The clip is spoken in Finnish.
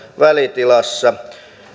välitilassa